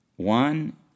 One